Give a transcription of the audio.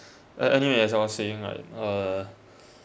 uh anyway as I was saying like uh